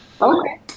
Okay